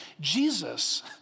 Jesus